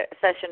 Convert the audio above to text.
session